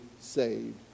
saved